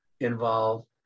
involved